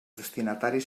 destinataris